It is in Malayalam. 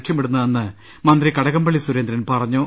ലക്ഷ്യമിടുന്നതെന്ന് മന്ത്രി കടകംപളളി സുരേന്ദ്രൻ പറഞ്ഞു